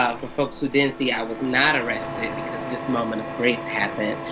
ah for folks who didn't see i was not arrested. because this moment of grace happened.